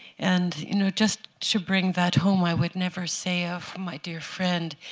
and you know just to bring that home, i would never say of my dear friend,